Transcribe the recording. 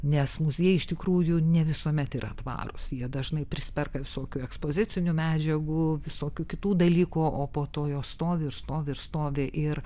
nes muziejai iš tikrųjų ne visuomet yra tvarūs jie dažnai prisiperka visokių ekspozicinių medžiagų visokių kitų dalykų o po to jos stovi ir stovi ir stovi ir